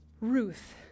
Ruth